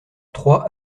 trois